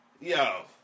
Yo